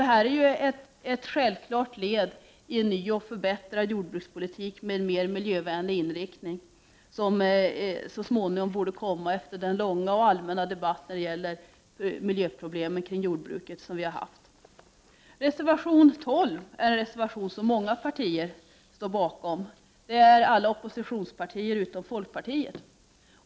Detta är ett självklart led i en ny och förbättrad jordbrukspolitik med mer miljövänlig inriktning, som så småningom borde komma efter den långa och allmänna debatt som vi har haft när det gäller miljöproblemen kring jordbruket. Reservation 12 står många partier bakom — alla oppositionspartier utom folkpartiet.